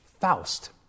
Faust